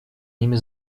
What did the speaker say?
ними